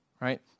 right